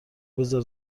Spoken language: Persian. بزار